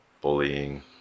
bullying